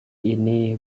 ini